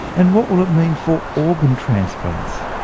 and what will it mean for organ transplants?